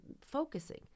focusing